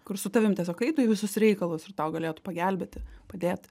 kur su tavim tiesiog eitų į visus reikalus ir tau galėtų pagelbėti padėti